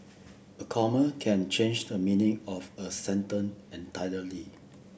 a comma can change the meaning of a sentence entirely